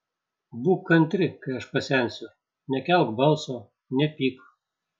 būk kantri kai aš pasensiu nekelk balso nepyk